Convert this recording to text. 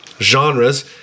genres